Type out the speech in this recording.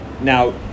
now